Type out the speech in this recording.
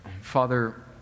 Father